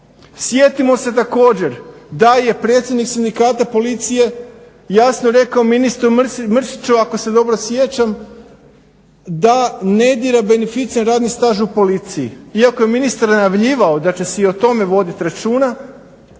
Sjetimo se također da je predsjednik sindikata policije jasno rekao ministru Mrsiću ako se dobro sjećam, da ne dira beneficiran radni staž u policiji. Iako je ministar najavljivao da će se i o tome vodit računa,